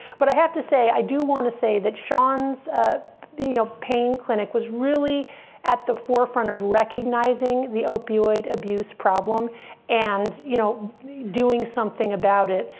but i have to say, i do want to say that sean's ah you know pain clinic was really at the forefront of recognizing the opioid abuse problem and you know doing something about it,